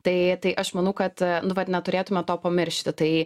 tai tai aš manau kad nu vat neturėtume to pamiršti tai